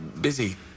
busy